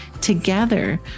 together